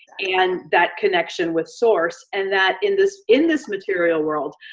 and that connection with source, and that in this in this material world,